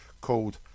called